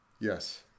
Yes